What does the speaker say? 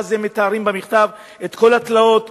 ואז הם מתארים במכתב את כל התלאות,